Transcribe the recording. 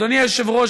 אדוני היושב-ראש,